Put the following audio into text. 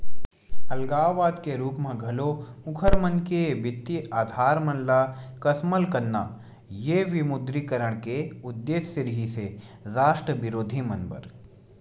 अलगाववाद के रुप म घलो उँखर मन के बित्तीय अधार मन ल कमसल करना ये विमुद्रीकरन के उद्देश्य रिहिस हे रास्ट बिरोधी मन बर